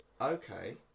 okay